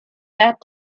that